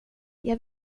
jag